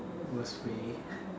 worst way